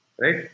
Right